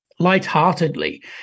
lightheartedly